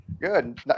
Good